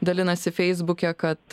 dalinasi feisbuke kad